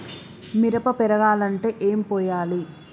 మిరప పెరగాలంటే ఏం పోయాలి?